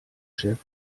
chef